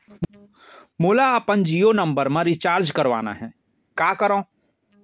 मोला अपन जियो नंबर म रिचार्ज करवाना हे, का करव?